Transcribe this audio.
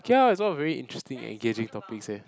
K lah it's all very interesting engaging topics eh